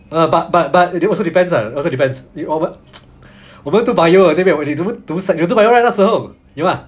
but but but but it also depends uh also depends eh uh 我们读 bio 对不对 you don't don't sense 你读 bio 那时候有吗